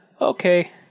Okay